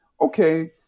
okay